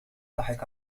ضحك